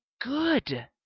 good